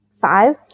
Five